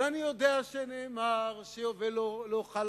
ואני יודע שנאמר שיובל לא חל,